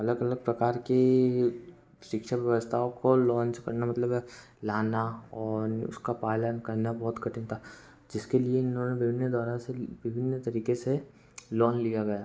अलग अलग प्रकार की सिक्षा व्यवस्थाओं को लॉन्च करना मतलब यह लाना और उसका पालन करना बहुत कठिन था जिसके लिए इन्होंने विभिन्न द्वारा से विभिन्न तरीक़े से लोन लिया गया